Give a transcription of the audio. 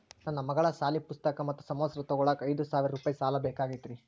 ನನ್ನ ಮಗಳ ಸಾಲಿ ಪುಸ್ತಕ್ ಮತ್ತ ಸಮವಸ್ತ್ರ ತೊಗೋಳಾಕ್ ಐದು ಸಾವಿರ ರೂಪಾಯಿ ಸಾಲ ಬೇಕಾಗೈತ್ರಿ